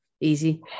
Easy